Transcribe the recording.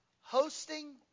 Hosting